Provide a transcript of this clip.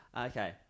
Okay